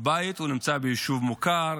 הבית נמצא ביישוב מוכר,